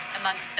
amongst